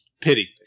pity